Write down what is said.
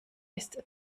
ist